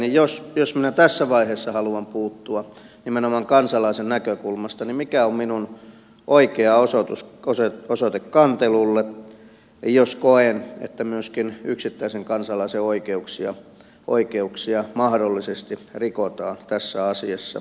jos minä tässä vaiheessa haluan puuttua nimenomaan kansalaisen näkökulmasta niin mikä on oikea osoite kantelulle jos koen että myöskin yksittäisen kansalaisen oikeuksia mahdollisesti rikotaan tässä asiassa